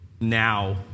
now